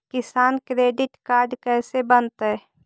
किसान credit card कैसे बनतै?